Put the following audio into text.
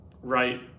right